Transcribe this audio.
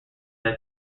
this